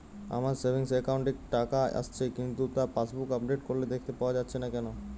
আমার savings account এ টাকা আসছে কিন্তু তা পাসবুক আপডেট করলে দেখতে পাওয়া যাচ্ছে না কেন?